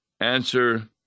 Answer